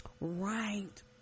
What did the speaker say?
Right